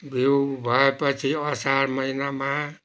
बिउ भए पछि असार महिनामा